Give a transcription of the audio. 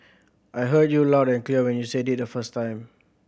I heard you loud and clear when you said it the first time